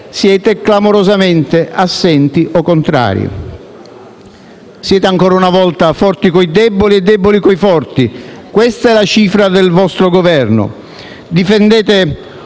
siete clamorosamente assenti o contrari. Siete ancora una volta forti con i deboli e deboli con i forti: questa è la cifra del vostro Governo. Difendete